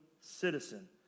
citizen